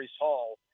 Hall